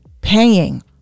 paying